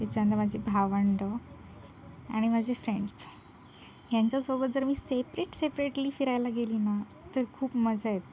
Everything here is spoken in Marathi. त्याच्यानंतर माझी भावंडं आणि माझे फ्रेंड्स ह्यांच्यासोबत जर मी सेपरेट सेपरेटली फिरायला गेली ना तर खूप मजा येते